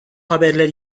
haberler